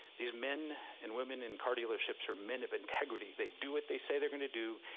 these men and women in car dealerships are men of integrity. they do what they say they're gonna do,